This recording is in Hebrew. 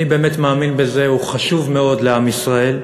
אני באמת מאמין בזה, חשוב מאוד לעם ישראל,